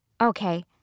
Okay